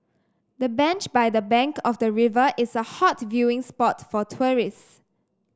the bench by the bank of the river is a hot viewing spot for tourists